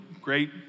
great